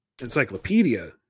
encyclopedia